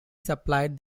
supplied